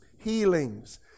healings